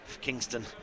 Kingston